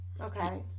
Okay